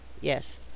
Yes